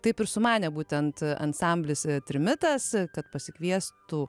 taip ir sumanė būtent ansamblis trimitas kad pasikviestų